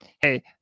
hey